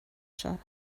seo